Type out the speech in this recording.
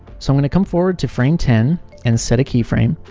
so i'm going to come forward to frame ten and set a keyframe,